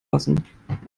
lassen